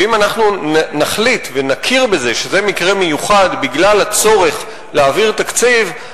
ואם אנחנו נחליט ונכיר בזה שזה מקרה מיוחד בגלל הצורך להעביר תקציב,